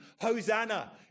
Hosanna